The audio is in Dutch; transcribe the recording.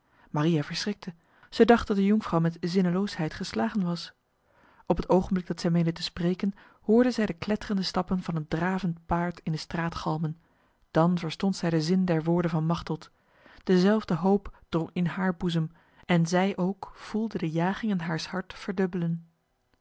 maria verschrikte zij dacht dat de jonkvrouw met zinneloosheid geslagen was op het ogenblik dat zij meende te spreken hoorde zij de kletterende stappen van een dravend paard in de straat galmen dan verstond zij de zin der woorden van machteld dezelfde hoop drong in haar boezem en zij ook voelde de jagingen haars hart verdubbelen